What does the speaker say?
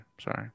sorry